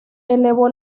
elevó